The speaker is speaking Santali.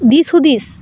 ᱫᱤᱥ ᱦᱩᱫᱤᱥ